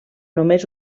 només